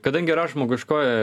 kadangi yra žmogiškoji